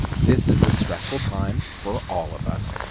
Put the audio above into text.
this is a stressful time for all of us.